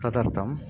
तदर्थं